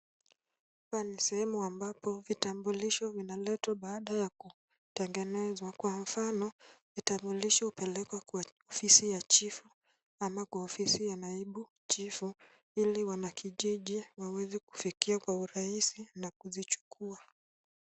Hapa ni sehemu ambapo vitambulisho vinaletwa baada ya kutengenezwa. Kwa mfano vitambulisho hupelekwa kwa ofisi ya chifu au kwa ofisi ya naibu chifu ili wanakijiji waweze kuifikia kwa urahisi na kuzichukua.